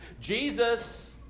jesus